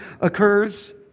occurs